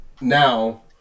now